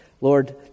Lord